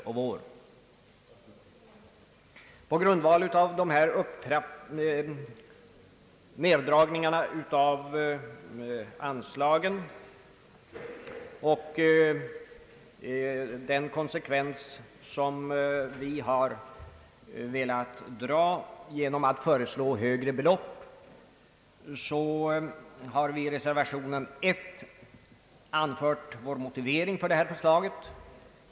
Mot bakgrunden av den av Kungl. Maj:t föreslagna neddragningen av anslagen och vår uppfattning att det här tvärtom krävs höjda anslag har vi i reservation 1 motiverat vår inställning.